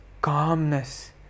calmness